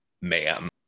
ma'am